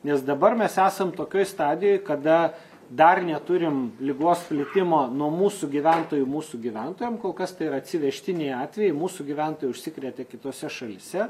nes dabar mes esam tokioj stadijoj kada dar neturim ligos plitimo nuo mūsų gyventojų mūsų gyventojam kol kas tai yra atsivežtiniai atvejai mūsų gyventojai užsikrėtė kitose šalyse